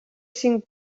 cinc